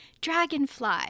dragonfly